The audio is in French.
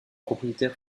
propriétaire